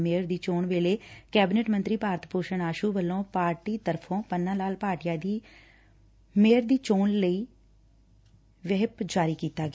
mayor ਦੀ ਚੋਣ ਵੇਲੇ ਕੈਬਨਿਟ ਮੰਤਰੀ ਭਾਰਤ ਭੂਸ਼ਣ ਆਸੂ ਵੱਲੋਂ ਪਾਰਟੀ ਤਰਫੋ ੈ ਪੰਨਾ ਲਾਲ ਭਾਟੀਆ ਦੀ ਮੇਅਰ ਦੀ ਚੋਣ ਲਈ ਵਹਿਪ ਜਾਰੀ ਕੀਤਾ ਗਿਆ